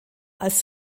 als